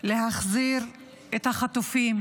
להחזיר את החטופים,